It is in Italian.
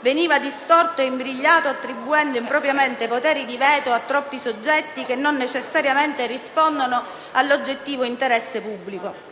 stato distorto e imbrigliato, attribuendo impropriamente poteri di veto a troppi soggetti che non necessariamente rispondono all'oggettivo interesse pubblico.